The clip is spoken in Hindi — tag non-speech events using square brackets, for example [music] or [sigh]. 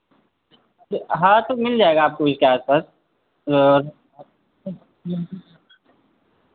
हाँ तो मिल जाएगा आपको इसके आस पास [unintelligible]